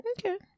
okay